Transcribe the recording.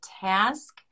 task